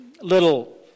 little